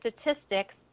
statistics